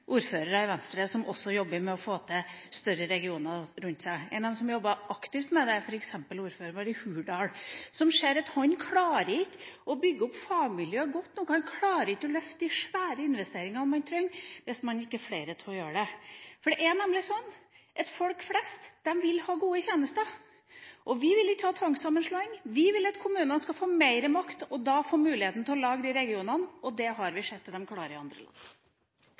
ordførere i Venstre som også jobber med å få til større regioner rundt seg. En av dem som jobber aktivt med det, er f.eks. ordføreren vår i Hurdal, som ser at han ikke klarer å bygge opp fagmiljøet godt nok, han klarer ikke å løfte de store investeringene man trenger hvis man ikke er flere til å gjøre det, for det er nemlig slik at folk flest vil ha gode tjenester. Vi vil ikke ha tvangssammenslåing, vi vil at kommunene skal få mer makt og da få muligheten til å lage de regionene. Det har vi sett at de klarer i andre land.